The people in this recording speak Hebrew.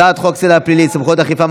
הצעת חוק הסדר הפלילי (סמכויות אכיפה,